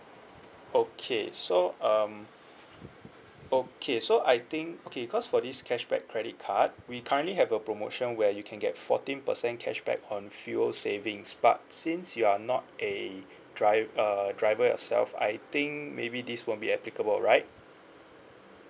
okay so um okay so I think okay cause for this cashback credit card we currently have a promotion where you can get fourteen percent cashback on fuel savings but since you are not a drive~ uh driver yourself I think maybe this won't be applicable right